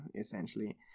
essentially